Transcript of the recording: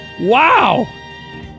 Wow